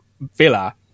villa